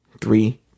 Three